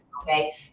okay